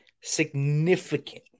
significant